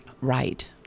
Right